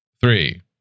three